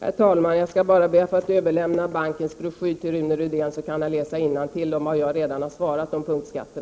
Herr talman! Jag skall bara be att få överlämna bankens broschyr till Rune Rydén, så kan han läsa innantill vad jag redan har svarat om punktskatter.